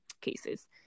cases